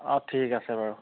অঁ ঠিক আছে বাৰু